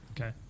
Okay